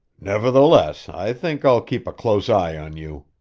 nevertheless, i think i'll keep a close eye on you.